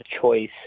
choice